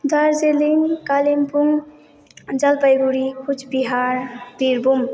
Darjeeling Kalimpong Jalpaiguri Coochbehar Birbhum